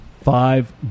five